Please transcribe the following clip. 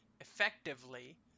effectively